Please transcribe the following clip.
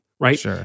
Right